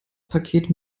paket